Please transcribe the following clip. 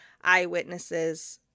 eyewitnesses